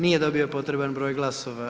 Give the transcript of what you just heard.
Nije dobio potreban broj glasova.